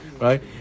Right